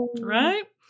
Right